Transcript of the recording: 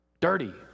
Dirty